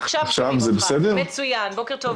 טוב,